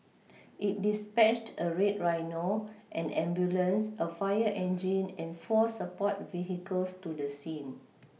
it dispatched a red Rhino an ambulance a fire engine and four support vehicles to the scene